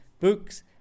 books